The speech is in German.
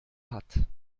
hat